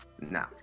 No